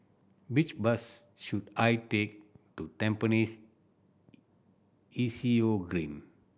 which bus should I take to Tampines E C O Green